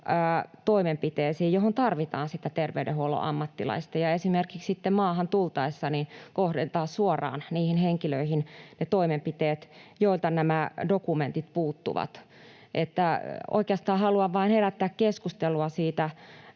toimenpiteisiin, joihin tarvitaan sitä terveydenhuollon ammattilaista, ja esimerkiksi sitten maahan tultaessa kohdentaa suoraan ne toimenpiteet niihin henkilöihin, joilta nämä dokumentit puuttuvat. Oikeastaan haluan vain herättää keskustelua siitä